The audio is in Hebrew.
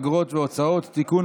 אגרות והוצאות (תיקון,